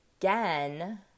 again